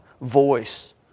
voice